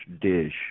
dish